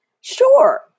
Sure